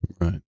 Right